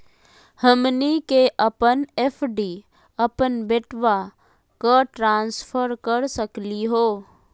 हमनी के अपन एफ.डी अपन बेटवा क ट्रांसफर कर सकली हो?